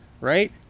right